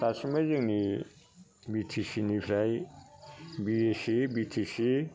दासिमबो जोंनि B T C निफ्राय बिएसि बि टि सि